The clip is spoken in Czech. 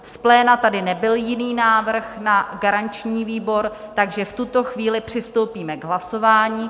Z pléna tady nebyl jiný návrh na garanční výbor, takže v tuto chvíli přistoupíme k hlasování.